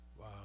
Wow